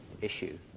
issue